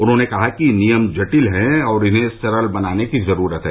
उन्होंने कहा कि नियम जटिल है और इन्हें सरल बनाने की जरूरत है